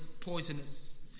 poisonous